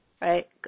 right